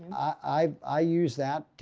i i use that